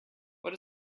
what